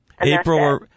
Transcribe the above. April